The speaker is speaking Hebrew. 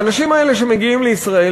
האנשים האלה שמגיעים לישראל,